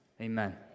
amen